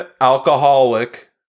alcoholic